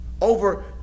over